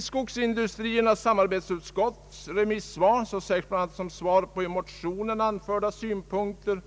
Skogsindustriernas samarbetsutskott säger i sitt remissyttrande som svar på i motionen anförda synpunkter